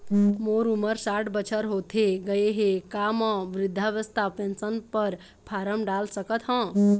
मोर उमर साठ बछर होथे गए हे का म वृद्धावस्था पेंशन पर फार्म डाल सकत हंव?